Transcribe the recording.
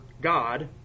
god